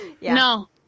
No